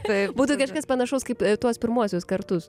tai būtų kažkas panašaus kaip tuos pirmuosius kartus